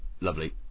lovely